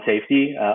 safety